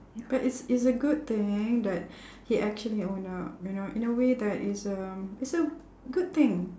but it's it's a good thing that he actually own up you know in a way that is um it's a good thing